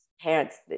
parents